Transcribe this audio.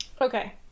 Okay